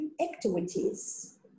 activities